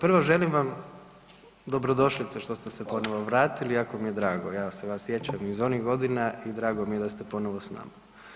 Prvo, želim vam dobrodošlicu što ste se ponovno vratili i jako mi je drago, ja se vas sjećam iz onih godina i drago mi je da ste ponovo s nama.